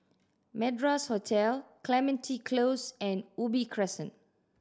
Madras Hotel Clementi Close and Ubi Crescent